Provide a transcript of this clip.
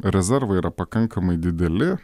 rezervai yra pakankamai dideli